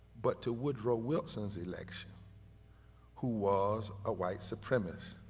but to woodrow wilson's election who was a white supremacist,